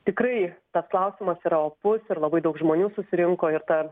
tikrai tas klausimas yra opus ir labai daug žmonių susirinko ir ta